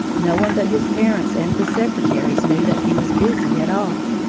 no one but his parents and the secretaries knew that he was busy at all,